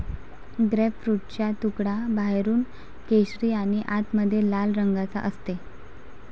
ग्रेपफ्रूटचा तुकडा बाहेरून केशरी आणि आतमध्ये लाल रंगाचा असते